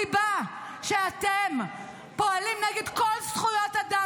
הסיבה שאתם פועלים נגד כל זכויות אדם